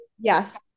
Yes